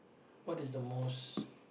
what is the most